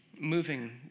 moving